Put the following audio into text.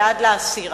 בעד להסיר.